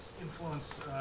influence